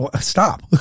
Stop